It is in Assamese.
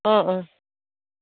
অঁ অঁ